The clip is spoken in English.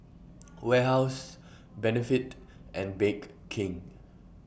Warehouse Benefit and Bake King